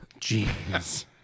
Jeez